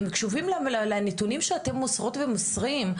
הם קשובים לנתונים שאתן מוסרות ומוסרים,